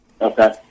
Okay